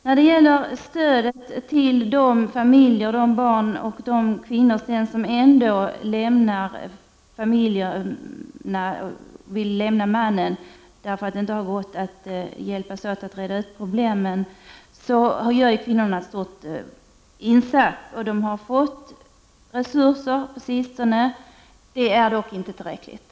När det gäller stödet till de kvinnor som vill lämna mannen, eftersom det inte har gått att reda ut problemen, görs en stor insats av kvinnojourerna, och de har på sistone fått resurser. Det är dock inte tillräckligt.